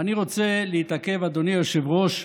תודה רבה, אדוני היושב-ראש.